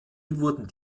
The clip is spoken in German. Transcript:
wurden